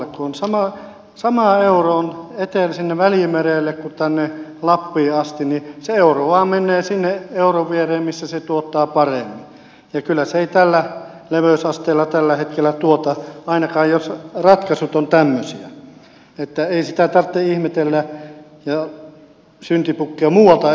kun sama euro on siellä välimerellä kuin täällä lapissa asti niin se euro vain menee sinne euron viereen missä se tuottaa paremmin ja kyllä se ei tällä leveysasteella tällä hetkellä tuota ainakaan jos ratkaisut ovat tämmöisiä niin että ei sitä tarvitse ihmetellä ja syntipukkia muualta etsiä